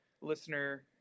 listener